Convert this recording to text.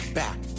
back